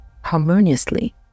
harmoniously